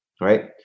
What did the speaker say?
Right